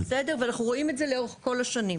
אנחנו רואים את זה כך לאורך כל השנים.